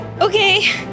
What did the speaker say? Okay